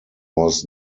was